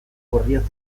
guardia